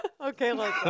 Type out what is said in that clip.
okay